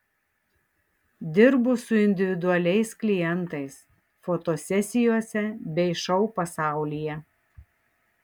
dirbu su individualiais klientais fotosesijose bei šou pasaulyje